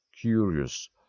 curious